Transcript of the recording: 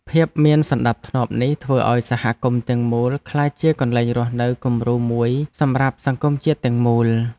ភាពមានសណ្តាប់ធ្នាប់នេះធ្វើឱ្យសហគមន៍ទាំងមូលក្លាយជាកន្លែងរស់នៅគំរូមួយសម្រាប់សង្គមជាតិទាំងមូល។